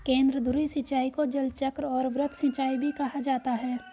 केंद्रधुरी सिंचाई को जलचक्र और वृत्त सिंचाई भी कहा जाता है